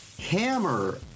hammer